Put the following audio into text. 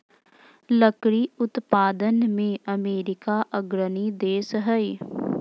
लकड़ी उत्पादन में अमेरिका अग्रणी देश हइ